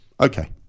Okay